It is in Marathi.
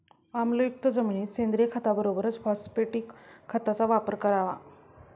आम्लयुक्त जमिनीत सेंद्रिय खताबरोबर फॉस्फॅटिक खताचा वापर करावा